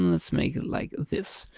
let's make it like this.